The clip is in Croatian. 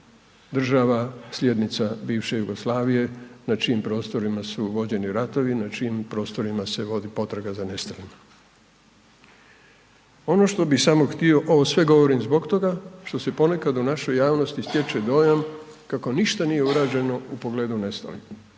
država slijednica bivše Jugoslavije na čijim prostorima su vođeni ratovi, na čijim prostorima se vodi potraga za nestalima. Ono što bi samo htio, ovo sve govorim zbog toga što se ponekad u našoj javnosti stječe dojam kako ništa nije urađeno u pogledu nestalih,